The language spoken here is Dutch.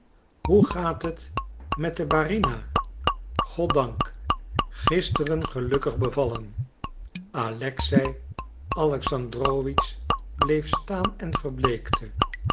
hoe gaat het met de barina goddank gisteren gelukkig bevallen alexei alexandrowitsch bleef staan en verbleekte